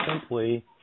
simply